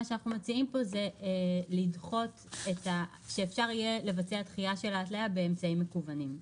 אנחנו מציעים פה שאפשר יהיה לבצע דחיה של ההתליה באמצעים מקוונים.